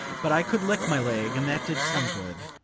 but i could lick my leg, and that did some good.